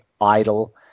idle